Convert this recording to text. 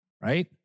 right